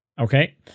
Okay